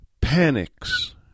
panics